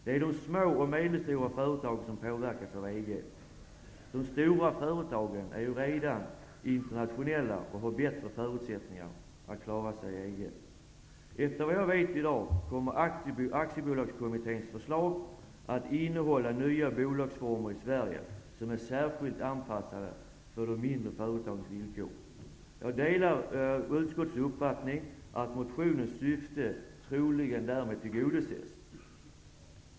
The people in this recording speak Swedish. Det är de små och medelstora företagen som påverkas av EG. De stora företagen är ju redan internationella och har bättre förutsättningar att klara sig i EG. Efter vad jag vet i dag, kommer Aktiebolagskommitténs förslag att innehålla nya bolagsformer i Sverige som är särskilt anpassade till de mindre företagens villkor. Jag delar utskottets uppfattning att motionens syfte därmed troligen tillgodoses.